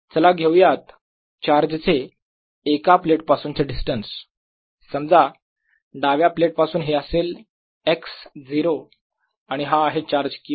चला घेऊ यात चार्ज चे एका प्लेट पासूनचे डिस्टन्स समजा डाव्या प्लेट पासून हे असेल x 0 आणि हा आहे चार्ज Q